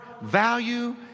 value